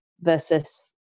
versus